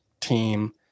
team